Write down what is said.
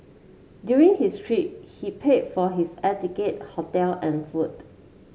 during his trip he paid for his air ticket hotel and food